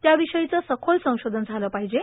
त्याविषयीचे सखोल संषोधन झाले पाहिजे